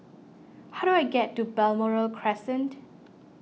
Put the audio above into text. how do I get to Balmoral Crescent